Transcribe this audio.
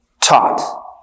taught